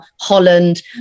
holland